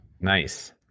Nice